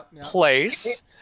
place